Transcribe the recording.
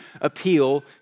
appeal